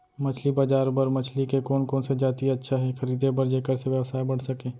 मछली बजार बर मछली के कोन कोन से जाति अच्छा हे खरीदे बर जेकर से व्यवसाय बढ़ सके?